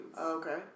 Okay